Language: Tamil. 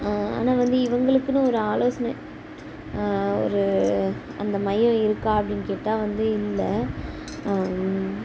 ஆனால் வந்து இவங்களுக்குனு ஒரு ஆலோசனை ஒரு அந்த மையம் இருக்கா அப்படின்னு கேட்டால் வந்து இல்லை